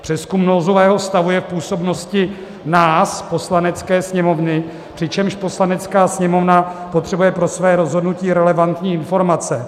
Přezkum nouzového stavu je v působnosti nás, Poslanecké sněmovny, přičemž Poslanecká sněmovna potřebuje pro své rozhodnutí relevantní informace.